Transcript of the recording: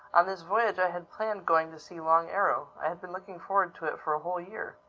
on this voyage i had planned going to see long arrow. i had been looking forward to it for a whole year.